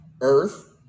Earth